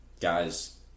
guys